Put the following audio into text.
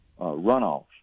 runoff